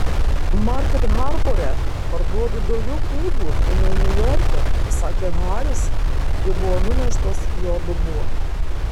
market harbore parduodu daugiau knygų nei niujorke pasakė haris kai buvo nuneštas jo dubuo